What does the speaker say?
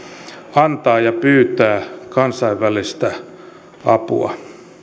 antaa ja pyytää kansainvälistä apua